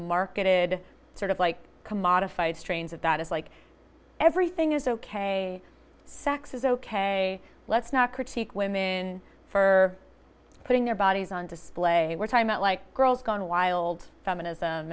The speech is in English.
marketed sort of like commodified strains of that is like everything is ok sex is ok let's not critique women for putting their bodies on display we're talking about like girls gone wild feminism